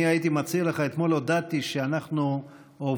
אני הייתי מציע לך: אתמול הודעתי שאנחנו עוברים,